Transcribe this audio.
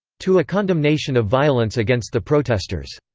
to a condemnation of violence against the protesters.